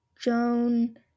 Joan